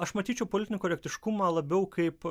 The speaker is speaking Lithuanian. aš matyčiau politinį korektiškumą labiau kaip